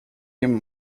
him